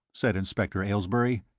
said inspector aylesbury,